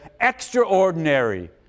extraordinary